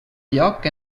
lloc